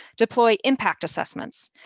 deploy impact assessments.